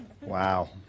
Wow